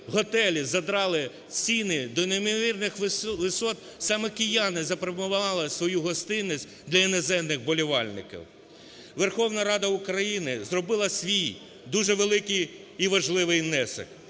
готелі задрали ціни до неймовірних висот, саме кияни запропонували свою гостинність для іноземних вболівальників. Верховна Рада України зробила свій дуже великий і важливий внесок,